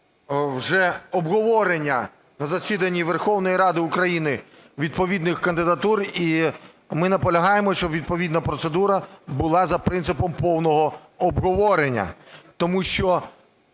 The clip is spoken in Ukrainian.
вже обговорення на засіданні Верховної Ради України відповідних кандидатур. І ми наполягаємо, щоб відповідна процедура була за принципом повного обговорення. Тому що